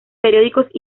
periódicos